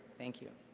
thank you.